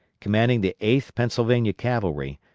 commanding the eighth pennsylvania cavalry,